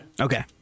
Okay